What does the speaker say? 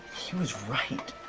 he was right,